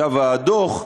עכשיו, הדוח,